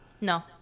No